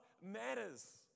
matters